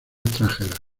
extranjeras